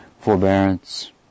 Forbearance